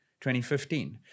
2015